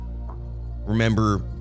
Remember